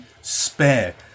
spare